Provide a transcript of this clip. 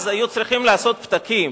אז היו צריכים לעשות פתקים,